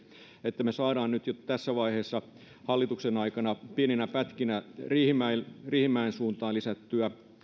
että me saamme jo nyt tässä vaiheessa tämän hallituksen aikana pieninä pätkinä riihimäen riihimäen suuntaan lisättyä